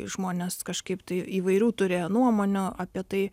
žmonės kažkaip tai įvairių turėjo nuomonių apie tai